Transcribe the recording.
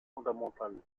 fondamentale